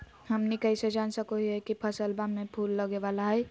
हमनी कइसे जान सको हीयइ की फसलबा में फूल लगे वाला हइ?